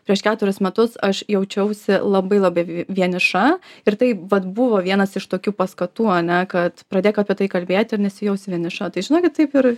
prieš keturis metus aš jaučiausi labai labai vi vieniša ir tai vat buvo vienas iš tokių paskatų ane kad pradėk apie tai kalbėt ir nesijausi vieniša tai žinokit taip ir